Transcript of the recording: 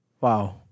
Wow